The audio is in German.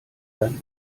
dein